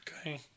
Okay